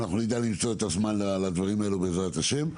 אנחנו נדע למצוא את הזמן לדברים האלה בעזרתם השם.